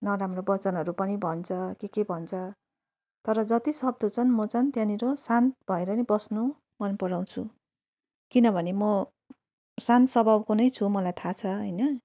नराम्रो वचनहरू पनि भन्छ के के भन्छ तर जतिसक्दो चाहिँ म चाहिँ त्यहाँनिर शान्त भएर नै बस्नु मन पराउँछु किनभने म शान्त स्वभावको नै छु मलाई थाहा छ होइन